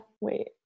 wait